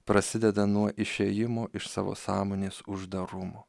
prasideda nuo išėjimo iš savo sąmonės uždarumo